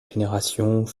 générations